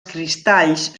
cristalls